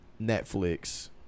Netflix